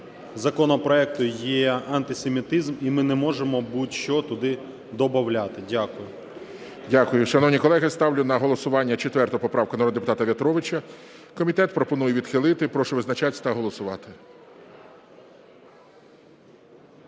законопроекту є антисемітизм. І ми не можемо будь-що туди добавляти. Дякую. ГОЛОВУЮЧИЙ. Дякую. Шановні колеги, ставлю на голосування 4 поправку народного депутата В'ятровича. Комітет пропонує відхилити. Прошу визначатись та голосувати.